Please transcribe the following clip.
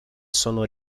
sono